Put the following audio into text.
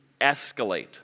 escalate